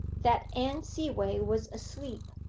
that anne seaway was asleep,